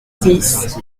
dix